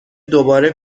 دوباره